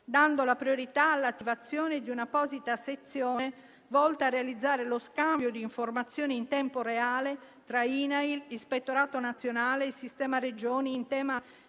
dando la priorità all'attivazione di un'apposita sezione volta a realizzare lo scambio di informazioni in tempo reale tra INAIL, Ispettorato nazionale e sistema delle Regioni in tema